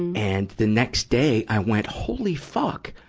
and the next day, i went, holy fuck!